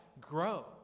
grow